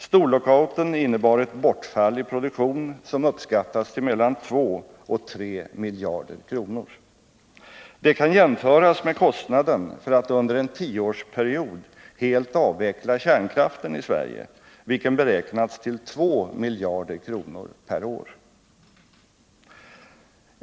Storlockouten innebar ett bortfall i produktion som uppskattats till mellan 2 och 3 miljarder kronor. Det kan jämföras med kostnaden för att under en tioårsperiod helt avveckla kärnkraften i Sverige, vilken beräknats till 2 miljarder kronor per år.